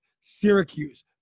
Syracuse